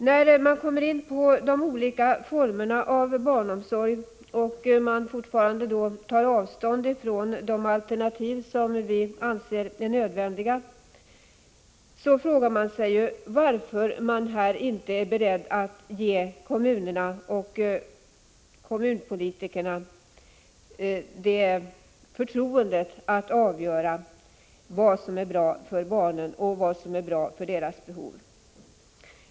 När det gäller de olika formerna av barnomsorg är det fortfarande så att regeringen tar avstånd från de alternativ som vi i centerpartiet anser är nödvändiga. Jag frågar mig varför regeringen inte är beredd att ge kommunpolitikerna förtroendet att avgöra vad som är bra för barnen och för deras behov.